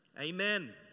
Amen